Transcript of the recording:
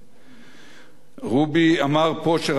רובי אמר פה שרעיון שתי המדינות כשל.